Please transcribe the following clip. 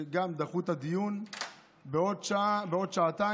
שגם דחו את הדיון בעוד שעתיים,